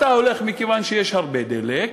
אתה הולך, מכיוון שיש הרבה דלק,